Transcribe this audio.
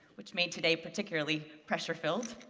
which made today particularly pressure-filled.